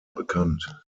bekannt